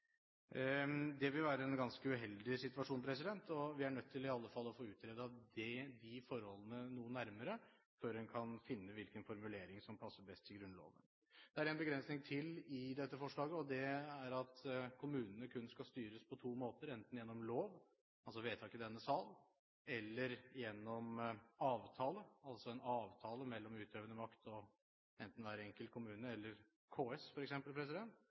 Det vil være en ganske uheldig situasjon, og vi er nødt til i alle fall å få utredet de forholdene noe nærmere før en kan finne hvilken formulering som passer best i Grunnloven. Det er en begrensning til i dette forslaget, og det er at kommunene kun skal styres på to måter: enten gjennom lov, altså vedtak i denne sal, eller gjennom avtale, altså en avtale mellom utøvende makt og enten hver enkelt kommune eller KS,